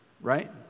right